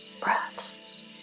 breaths